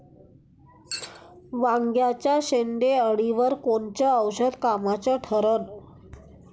वांग्याच्या शेंडेअळीवर कोनचं औषध कामाचं ठरन?